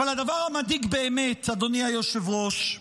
אבל הדבר המדאיג באמת, אדוני היושב-ראש,